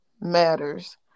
matters